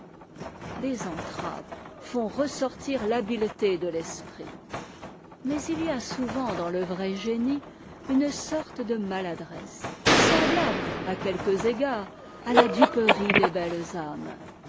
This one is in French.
les entraves font ressortir l'habileté de l'esprit mais il y a souvent dans le vrai génie une sorte de maladresse semblable à quelques égards à la duperie des belles